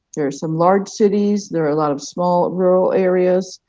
there are some large cities. there are a lot of small, rural areas.